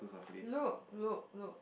look look look